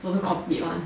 photocopied one